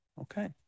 okay